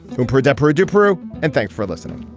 cooper deborah deborah. and thanks for listening